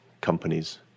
companies